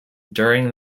during